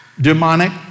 demonic